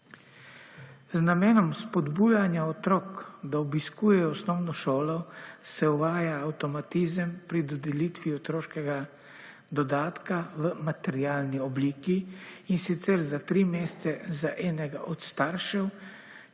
Z namenom spodbujanja otrok, da obiskujejo osnovno šolo se uvaja avtomatizem pri dodelitvi otroškega dodatka v materialni obliki, in sicer za tri mesece za enega od staršev,